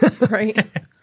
Right